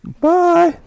Bye